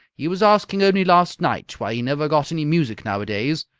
he was asking only last night why he never got any music nowadays.